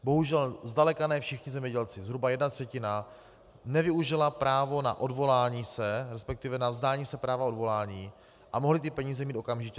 Bohužel zdaleka ne všichni zemědělci, zhruba jedna třetina nevyužila právo na odvolání se, respektive na vzdání se práva na odvolání a mohli ty peníze mít okamžitě.